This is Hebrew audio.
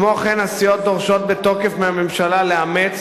כמו כן, הסיעות דורשות בתוקף מהממשלה לאמץ,